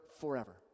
forever